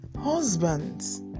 husbands